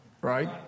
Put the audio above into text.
Right